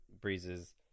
breezes